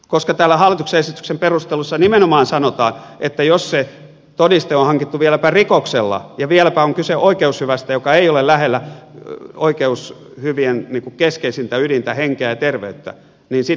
koska täällä hallituksen esityksen perusteluissa nimenomaan sanotaan että jos se todiste on hankittu vieläpä rikoksella ja vieläpä on kyse oikeushyvästä joka ei ole lähellä oikeushyvien keskeisintä ydintä henkeä ja terveyttä niin sitten sitä ei pitäisi saada käyttää